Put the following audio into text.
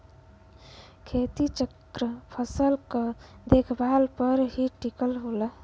खेती चक्र फसल क देखभाल पर ही टिकल होला